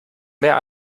mehr